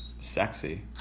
Sexy